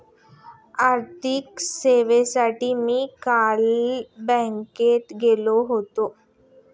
आर्थिक सेवांसाठी मी काल बँकेत गेलो होतो